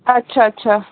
अच्छा अच्छा